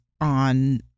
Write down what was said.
on